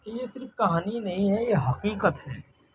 تو یہ صرف کہانی نہیں ہے یہ حقیقت ہے